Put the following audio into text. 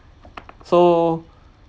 so